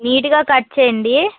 నీట్గా కట్ చేయండి